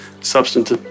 substance